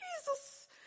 Jesus